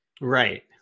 Right